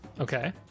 Okay